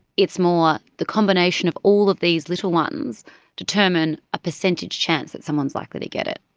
it's more the combination of all of these little ones determine a percentage chance that someone is likely to get it.